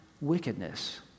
wickedness